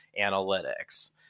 analytics